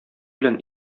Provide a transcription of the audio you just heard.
белән